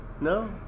No